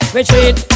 Retreat